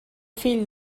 fill